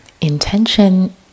Intention